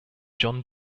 john